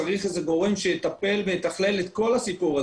צריך איזה גורם שיטפל ויתכלל את כל הסיפור הזה.